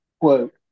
Quote